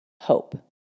Hope